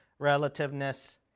relativeness